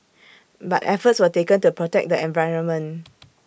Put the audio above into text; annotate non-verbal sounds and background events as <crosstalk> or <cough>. but efforts were taken to protect the environment <noise>